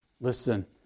Listen